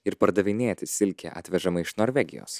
ir pardavinėti silkę atvežamą iš norvegijos